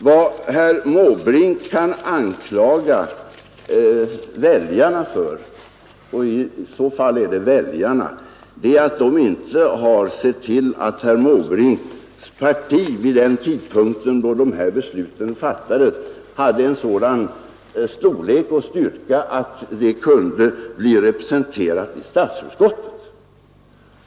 Vad herr Måbrink kan anklaga väljarna för — i så fall är det väljarna — är att de inte har sett till att herr Måbrinks parti vid den tidpunkt, då dessa beslut fattades, hade en sådan storlek och styrka att det kunde bli representerat i statsutskottet.